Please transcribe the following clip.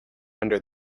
under